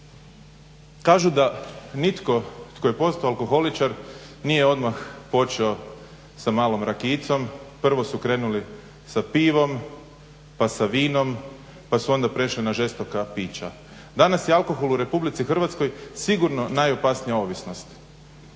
Kažu da nitko tko je postao alkoholičar nije odmah počeo sa malom rakijicom. Prvo su krenuli sa pivom, pa sa vinom, pa su onda prešli na žestoka pića. Danas je alkohol u Republici Hrvatskoj sigurno najopasnija ovisnost.